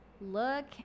Look